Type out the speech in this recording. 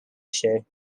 issue